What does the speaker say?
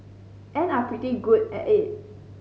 and are pretty good at it